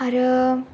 आरो